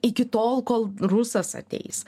iki tol kol rusas ateis